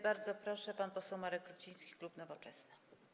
Bardzo proszę, pan poseł Marek Ruciński, klub Nowoczesna.